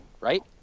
right